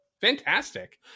Fantastic